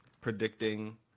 predicting